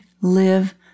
live